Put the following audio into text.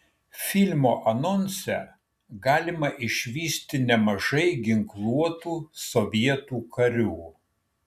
filmo anonse galima išvysti nemažai ginkluotų sovietų karių